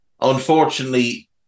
Unfortunately